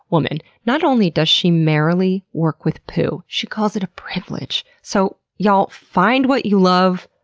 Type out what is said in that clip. woman. not only does she merrily work with poo, she calls it a privilege. so y'all, find what you love,